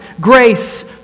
grace